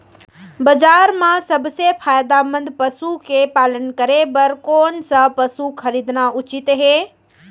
बजार म सबसे फायदामंद पसु के पालन करे बर कोन स पसु खरीदना उचित हे?